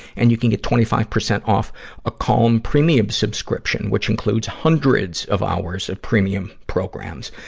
and you can get twenty five percent off a calm premium subscription, which includes hundreds of hours of premium programs.